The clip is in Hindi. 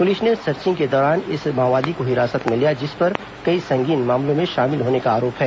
पुलिस ने सर्चिंग के दौरान इस माओवादी को हिरासत में लिया जिस पर कई संगीन मामलों में शामिल होने का आरोप है